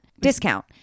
discount